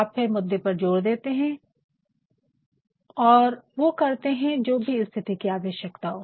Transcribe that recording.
आप फिर मुद्दे पर ज़ोर देते है और वो करते है जो भी स्थिति की आवश्यकता हो